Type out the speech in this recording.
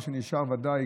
מה שנשאר ודאי,